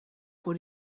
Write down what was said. voor